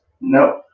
Nope